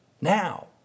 Now